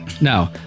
No